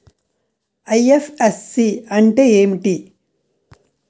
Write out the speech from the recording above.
IFSC అంటే ఏమిటి?